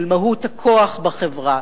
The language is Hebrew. של מהו הכוח בחברה,